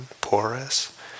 porous